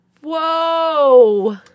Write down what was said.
Whoa